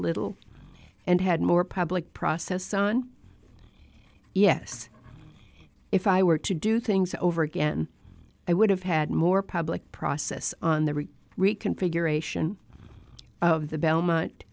little and had more public process on yes if i were to do things over again i would have had more public process on the rig reconfiguration of the belmont